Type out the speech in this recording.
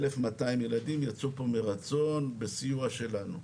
1,200 ילדים יצאו מפה מרצון, בסיוע שלנו.